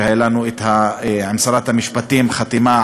הייתה לנו עם שרת המשפטים הקמת